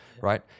Right